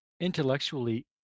intellectually